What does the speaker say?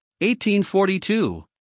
1842